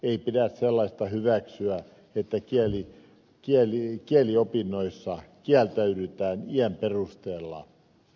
ei pidä sellaista hyväksyä että kieliopinnoista kieltäydytään iän perusteella